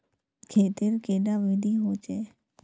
खेत तेर कैडा विधि होचे?